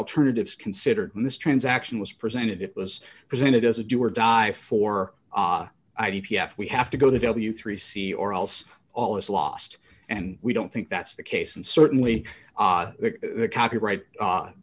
alternatives considered in this transaction was presented it was presented as a do or die for i d p s we have to go to w three c or else all is lost and we don't think that's the case and certainly the copyright